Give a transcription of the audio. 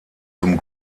zum